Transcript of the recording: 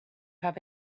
have